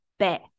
bet